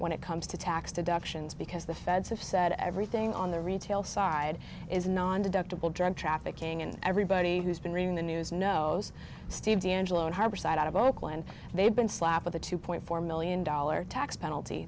when it comes to tax deductions because the feds have said everything on the retail side is non deducted drug trafficking and everybody who's been reading the news know steve de angelo harborside out of oakland they've been slapped with a two point four million dollar tax penalty